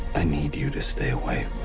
i need you to stay away.